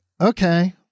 okay